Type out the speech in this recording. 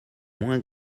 moins